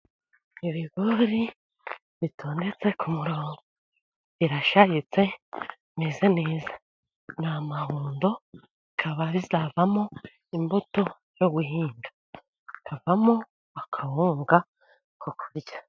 Ibigori bitondetse ku murongo, birasharitse bimeze neza n'amahundo bikaba bizavamo imbuto yo guhinga, bikavamo akawunga ko kurya.